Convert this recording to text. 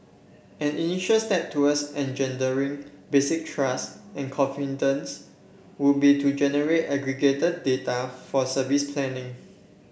an initial step towards engendering basic trust and confidence would be to generate aggregated data for service planning